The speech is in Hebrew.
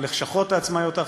הלשכות העצמאיות האחרות: